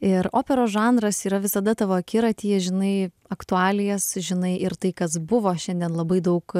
ir operos žanras yra visada tavo akiratyje žinai aktualijas žinai ir tai kas buvo šiandien labai daug